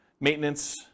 maintenance